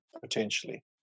potentially